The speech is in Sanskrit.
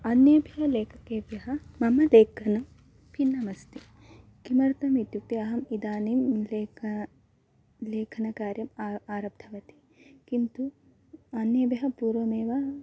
अन्येभ्यः लेखकेभ्यः मम लेखनं भिन्नमस्ति किमर्थम् इत्युक्ते अहम् इदानीं लेक लेखनकार्यम् आ आरब्धवती किन्तु अन्येभ्यः पूर्वमेव